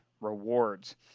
Rewards